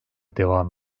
devam